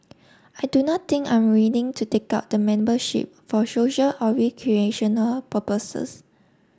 I do not think I'm willing to take up the membership for social or recreational purposes